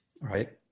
right